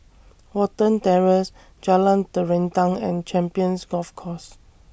Watten Terrace Jalan Terentang and Champions Golf Course